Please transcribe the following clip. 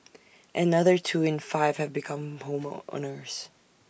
another two in five have become homer owners